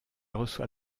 reçoit